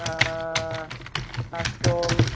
ना सिथल